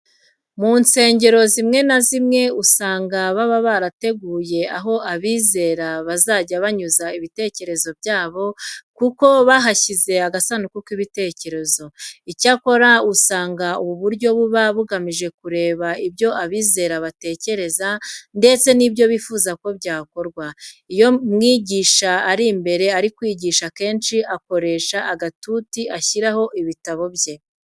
Mu nsengero zimwe na zimwe usanga baba barateguye aho abizera bazajya banyuza ibitekerezo byabo, kuko bahashyira agasanduku k'ibitekerezo. Icyakora usanga ubu buryo buba bugamije kureba ibyo abizera batekereza ndetse n'ibyo bifuza ko byakosorwa. Iyo umwigisha ari imbere ari kwigisha akenshi akoresha agatuti ashyiraho ibitabo bye.